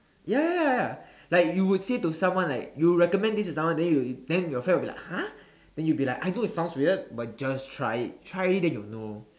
ya ya ya like you would say to someone like you recommend this to someone then you then your friend will be like !huh! then you be like I know it sounds weird but just try it try it then you'll know